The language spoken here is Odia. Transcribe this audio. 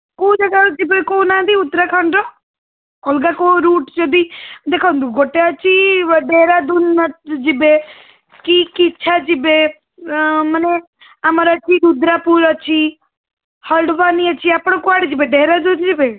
କେଉଁ ଯାଗାକୁ ଯିବେ କହୁ ନାହାନ୍ତି ଉତ୍ତରାଖଣ୍ଡର ଅଲଗା କେଉଁ ରୁଟ୍ ଯଦି ଦେଖନ୍ତୁ ଗୋଟେ ଅଛି ଅ ଡେରାଡ଼ୁନ୍ ଯିବେ କି କିଚ୍ଛା ଯିବେ ମାନେ ଆମର ଏଇଠି ରୁଦ୍ରାପୁର ଅଛି ହଡ଼ୱାନି ଅଛି ଆପଣ କୁଆଡ଼େ ଯିବେ ଡେରାଡ଼ୁନ୍ ଯିବେ